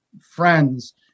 friends